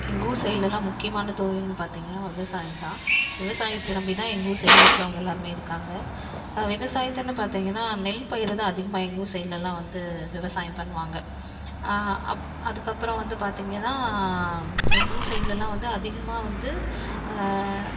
எங்கள் ஊர் சைடுலயெல்லாம் முக்கியமான தொழில்ன்னு பார்த்திங்கன்னா ஒரு விவசாயம் தான் விவசாயத்தை நம்பி தான் எங்கள் ஊர் சைடில் இருக்கவங்க எல்லாருமே இருக்காங்க விவசாயத்தன்னு பார்த்திங்கன்னா நெல்பயிர் தான் அதிகமாக எங்கள் ஊர் சைடுலயெல்லாம் வந்து விவசாயம் பண்ணுவாங்க அதுக்கு அப்புறம் வந்து பார்த்திங்கன்னா எங்கள் ஊர் சைட்லல்லாம் வந்து அதிகமாக வந்து